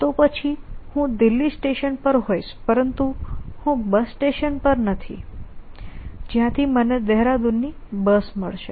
તો પછી હું દિલ્હી સ્ટેશન પર હોઈશ પરંતુ હું બસ સ્ટેશન પર નથી જ્યાંથી મને દહેરાદૂન ની બસ મળશે